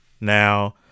Now